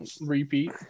repeat